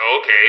Okay